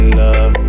love